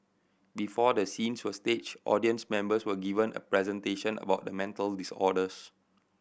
before the scenes were staged audience members were given a presentation about the mental disorders